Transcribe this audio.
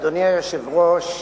אדוני היושב-ראש,